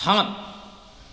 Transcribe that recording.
সাত